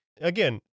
Again